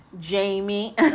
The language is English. Jamie